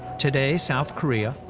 today, south korea,